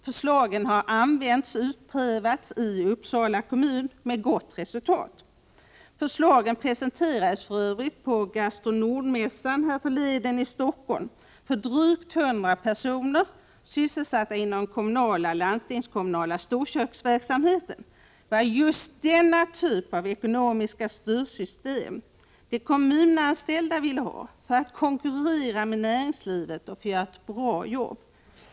Förslagen har använts och prövats i Uppsala kommun med gott resultat. Förslagen presenterades för övrigt på Gastro Nord-mässan härförleden i Stockholm för drygt 100 personer sysselsatta inom den kommunala och landstingskommunala storköksverksamheten. Det var just denna typ av ekonomiska styrsystem de kommunanställda ville ha för att konkurrera med näringslivet och för att göra ett bra jobb.